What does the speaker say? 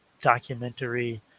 documentary